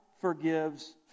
forgives